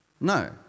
No